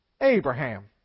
Abraham